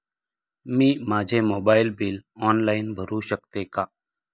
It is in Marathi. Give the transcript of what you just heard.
मी माझे मोबाइल बिल ऑनलाइन भरू शकते का?